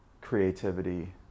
creativity